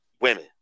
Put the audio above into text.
Women